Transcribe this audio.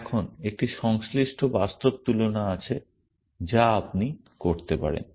এখন একটি সংশ্লিষ্ট বাস্তব তুলনা আছে যা আপনি করতে পারেন